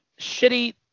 shitty